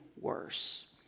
worse